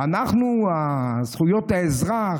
אנחנו זכויות האזרח.